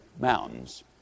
mountains